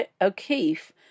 O'Keefe